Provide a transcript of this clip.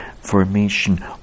formation